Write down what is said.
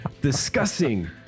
Discussing